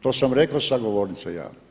to sam rekao sa govornice ja.